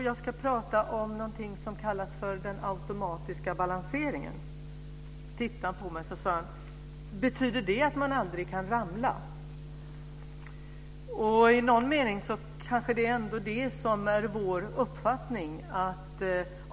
Jag ska prata om någonting som kallas för den automatiska balanseringen, svarade jag. Då tittade han på mig, och så sade han: Betyder det att man aldrig kan ramla? I någon mening är det kanske det som är vår uppfattning.